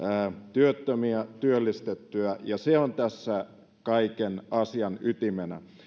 työttömiä työllistettyä ja se on tässä kaiken asian ytimenä